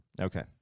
Okay